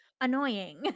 annoying